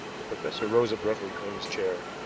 the professor rose abruptly from his chair.